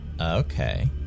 okay